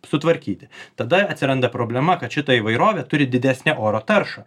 sutvarkyti tada atsiranda problema kad šita įvairovė turi didesnę oro taršą